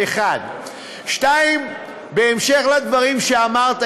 1. 2. בהמשך לדברים שאמרת,